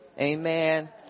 Amen